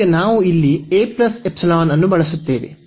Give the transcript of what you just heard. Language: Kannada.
ಈಗ ನಾವು ಇಲ್ಲಿ ಅನ್ನು ಬಳಸುತ್ತೇವೆ